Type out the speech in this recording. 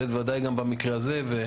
בוודאי גם במקרה הזה.